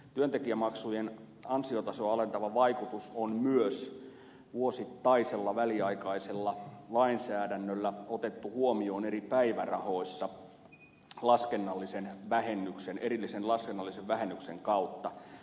työntekijämaksujen ansiotasoa alentava vaikutus on myös vuosittaisella väliaikaisella lainsäädännöllä otettu huomioon eri päivärahoissa erillisen laskennallisen vähennyksen kautta